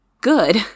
good